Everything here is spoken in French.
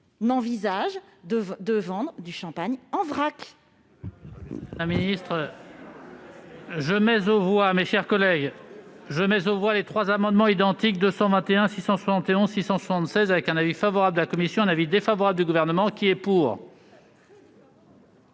n'envisage de vendre du champagne en vrac